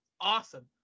awesome